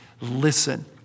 Listen